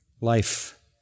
life